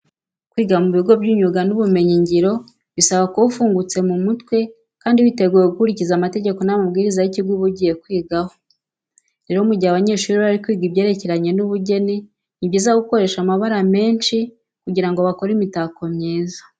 Kwiga mu bigo by'imyuga n'ubumyenyingiro bisaba kuba ufungutse mu mutwe kandi witeguye gukurikiza amategeko n'amabwiriza y'ikigo uba ugiye kwigaho. Rero mu gihe abanyeshuri bari kwiga ibyerekeranye n'ubugeni, ni byiza gukoresha amabara menshi kugira ngo bakore imitako myiza.